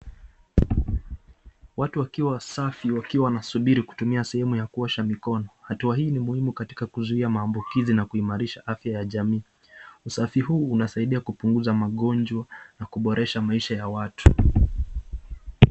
Watu wakiwa wasafi wakiwa wanasubiri kutumia sehemu ya kuosha mikono, hatua hii i muhimu katika kuzuia maambukizi na kuimarisha afya ya jamii, usafi huu unasaidia kupunguza magonjwa na kuboresha maisha ya watu.